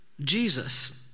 Jesus